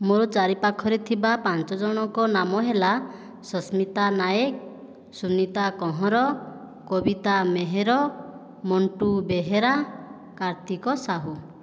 ମୋ'ର ଚାରିପାଖରେ ଥିବା ପାଞ୍ଚ ଜଣଙ୍କ ନାମ ହେଲା ସସ୍ମିତା ନାଏକ ସୁନିତା କହଁର କବିତା ମେହେର ମଣ୍ଟୁ ବେହେରା କାର୍ତ୍ତିକ ସାହୁ